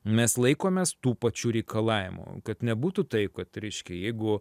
mes laikomės tų pačių reikalavimų kad nebūtų tai kad reiškia jeigu